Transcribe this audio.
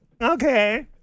okay